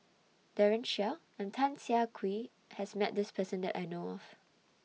Daren Shiau and Tan Siah Kwee has Met This Person that I know of